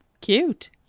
Cute